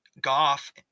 Goff